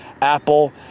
Apple